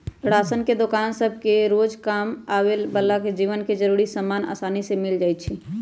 ration के दोकान सभसे रोजकाम आबय बला के जीवन के जरूरी समान असानी से मिल जाइ छइ